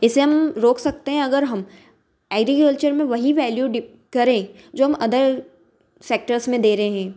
इसे हम रोक सकते हैं अगर हम एग्रीकल्चर में वही वैल्यू डी करें जो हम अदर सेक्टर्स में दे रहे हैं